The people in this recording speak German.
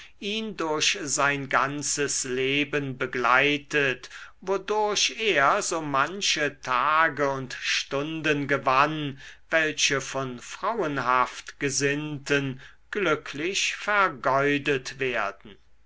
durch sein ganzes leben begleitet wodurch er so manche tage und stunden gewann welche von frauenhaft gesinnten glücklich vergeudet werden